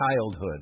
childhood